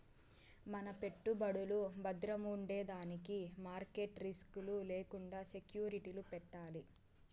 మన పెట్టుబడులు బద్రముండేదానికి మార్కెట్ రిస్క్ లు లేకండా సెక్యూరిటీలు పెట్టాలి